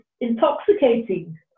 intoxicating